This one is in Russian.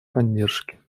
поддержки